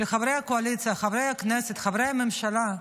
חברי הקואליציה, חברי הכנסת, חברי הממשלה,